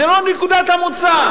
זו לא נקודת המוצא.